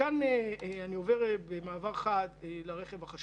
מכאן אני עובר במעבר חד לרכב החשמלי.